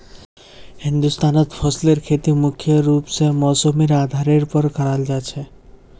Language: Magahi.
हिंदुस्तानत फसलेर खेती मुख्य रूप से मौसमेर आधारेर पर कराल जा छे